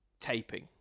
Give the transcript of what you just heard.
taping